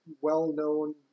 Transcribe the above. well-known